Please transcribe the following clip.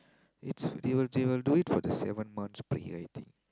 it's they will they will do it for the seventh month's prayer I think